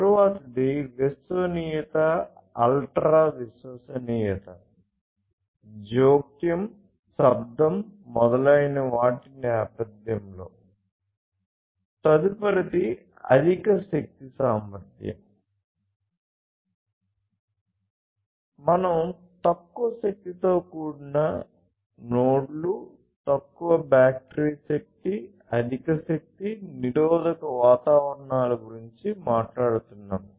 తరువాతిది విశ్వసనీయత వాతావరణాల గురించి మాట్లాడుతున్నాము